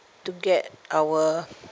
to get our